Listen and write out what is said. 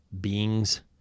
beings